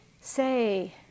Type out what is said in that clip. say